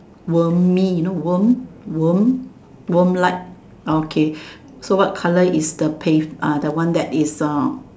wormy you know worm worm worm like okay so what colour is the pave uh the one that is um